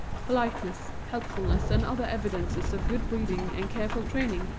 politeness, helpfulness, and other evidences of good breeding and careful training,